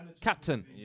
Captain